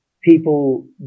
people